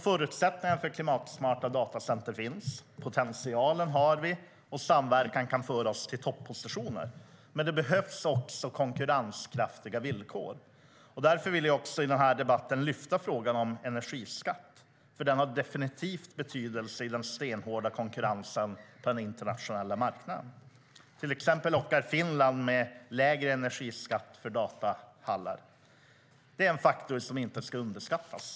Förutsättningarna för klimatsmarta datacenter finns. Potentialen har vi, och samverkan kan föras till toppositioner. Men det behövs också konkurrenskraftiga villkor. Därför vill jag i debatten lyfta frågan om energiskatt, för den har definitivt betydelse i den stenhårda konkurrensen på den internationella marknaden. Till exempel lockar Finland med lägre energiskatt för datahallar. Det är en faktor som inte ska underskattas.